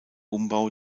umbau